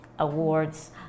awards